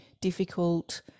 difficult